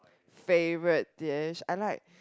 favourite dish I like